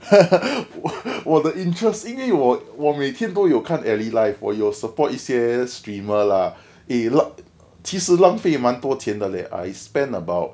我我的 interest 因为我我每天都有看 alley life 我有 support 一些 streamer lah eh 其实浪费蛮多钱的 leh I spend about